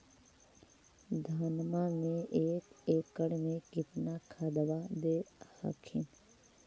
धनमा मे एक एकड़ मे कितना खदबा दे हखिन?